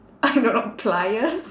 I don't know pliers